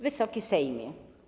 Wysoki Sejmie!